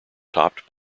topped